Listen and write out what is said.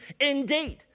indeed